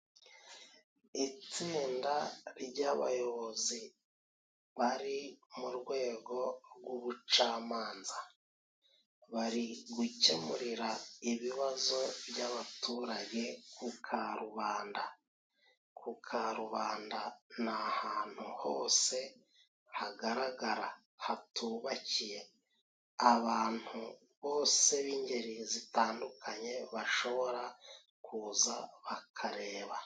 Itsinda ry'abayobozi bari mu rwego rw'ubucamanza，bari gukemurira ibibazo by'abaturage ku karubanda. Ku karubanda ni ahantu hose hagaragara，hatubakiye， abantu bose b'ingeri zitandukanye，bashobora kuza bakareba.